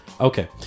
Okay